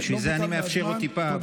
בשביל זה אני מאפשר עוד טיפה,